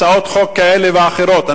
הצעות חוק כאלה ואחרות.